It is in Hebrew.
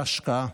השקעה.